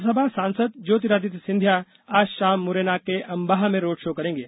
राज्यसभा सांसद ज्योतिरादित्य सिंधिया आज शाम मुरैना के अंबाह में रोड शो करेंगे